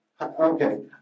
Okay